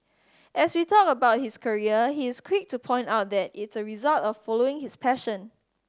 as we talk about his career he is quick to point out that it result of following his passion